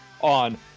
on